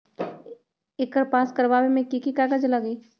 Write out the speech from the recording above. एकर पास करवावे मे की की कागज लगी?